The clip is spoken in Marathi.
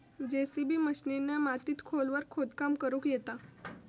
जेसिबी मशिनीन मातीत खोलवर खोदकाम करुक येता